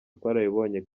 twarabibonye